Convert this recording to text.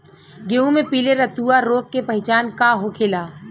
गेहूँ में पिले रतुआ रोग के पहचान का होखेला?